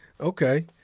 Okay